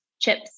chips